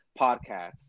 podcasts